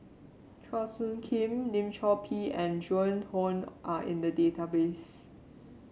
Chua Soo Khim Lim Chor Pee and Joan Hon are in the database